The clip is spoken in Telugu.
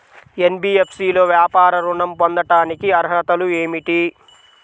ఎన్.బీ.ఎఫ్.సి లో వ్యాపార ఋణం పొందటానికి అర్హతలు ఏమిటీ?